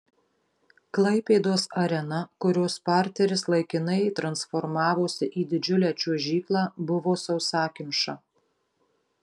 klaipėdos arena kurios parteris laikinai transformavosi į didžiulę čiuožyklą buvo sausakimša